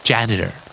Janitor